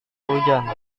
hujan